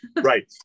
Right